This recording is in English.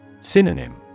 Synonym